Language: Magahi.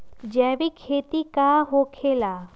जैविक खेती का होखे ला?